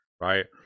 Right